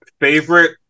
Favorite